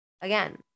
Again